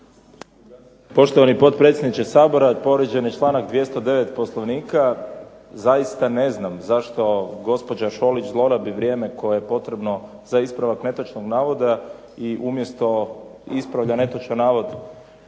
Poštovani potpredsjedniče Sabora. Povrijeđen je članak 209. Poslovnika. Zaista ne znam zašto gospođa Šolić zlorabi vrijeme koje je potrebno za ispravak netočnog navoda i umjesto ispravlja netočan navod,